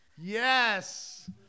yes